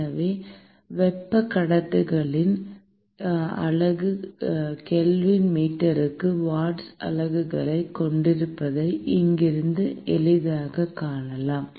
எனவே வெப்ப கடத்துத்திறன் அலகு கெல்வின் மீட்டருக்கு வாட் அலகுகளைக் கொண்டிருப்பதை இங்கிருந்து எளிதாகக் காணலாம்